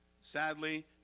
sadly